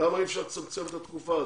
למה לא ניתן לצמצם את התקופה הזאת?